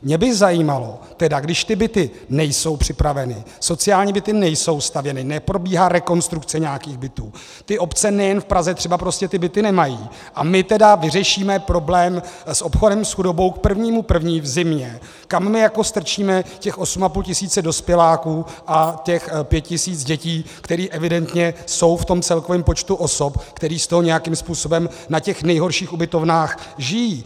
Mě by zajímalo, když ty byty nejsou připraveny, sociální byty nejsou stavěny, neprobíhá rekonstrukce nějakých bytů, ty obce, nejen v Praze, třeba prostě ty byty nemají, a my tedy vyřešíme problém s obchodem s chudobou k 1. 1. v zimě, kam my jako strčíme těch 8,5 tisíce dospěláků a těch 5 tisíc dětí, které evidentně jsou v tom celkovém počtu osob, kteří z toho nějakým způsobem na těch nejhorších ubytovnách žijí?